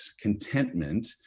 contentment